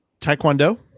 Taekwondo